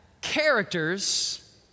characters